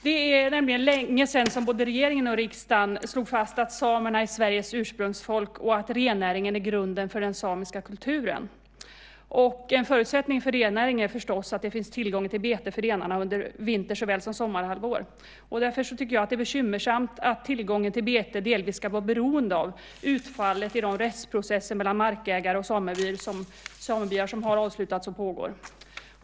Det är nämligen länge sedan som både regeringen och riksdagen slog fast att samerna är Sveriges ursprungsfolk och att rennäringen är grunden för den samiska kulturen. En förutsättning för rennäring är förstås att det finns tillgång till bete för renarna under såväl vinter som sommarhalvåret. Därför tycker jag att det är bekymmersamt att tillgången till bete delvis ska vara beroende av utfallet i de rättsprocesser mellan markägare och samebyar som har avslutats och pågår.